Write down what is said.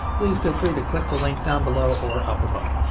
please feel free to click the link down below or up above.